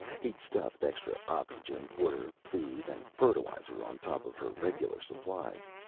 he'd stuffed extra oxygen, water, food and fertilizer on top of her regular supplies,